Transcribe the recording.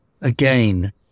again